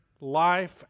life